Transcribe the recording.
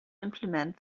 implement